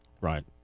Right